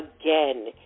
again